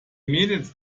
mädels